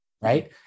right